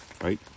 Right